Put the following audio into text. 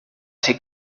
ser